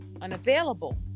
unavailable